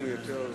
בבקשה.